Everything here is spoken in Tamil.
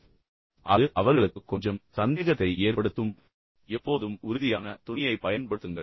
எனவே அது மீண்டும் அவர்களுக்கு கொஞ்சம் சந்தேகத்தை ஏற்படுத்தும் எனவே எப்போதும் உறுதியான தொனியைப் பயன்படுத்துங்கள்